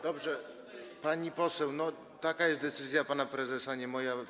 Dobrze, pani poseł, taka jest decyzja pana prezesa, nie moja.